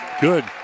Good